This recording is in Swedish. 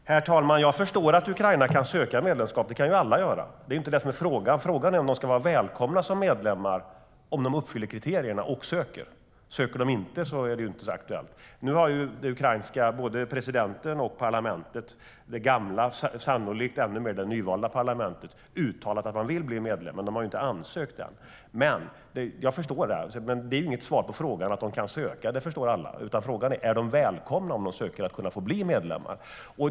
STYLEREF Kantrubrik \* MERGEFORMAT Svar på interpellationerNu har presidenten och parlamentet i Ukraina - sannolikt det gamla parlamentet och ännu mer det nyvalda parlamentet - uttalat att man vill bli medlem men man har inte ansökt än. Det är inget svar på frågan att Ukraina kan söka medlemskap. Det förstår alla. Frågan är om Ukraina är välkommet om landet ansöker om medlemskap.